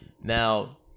Now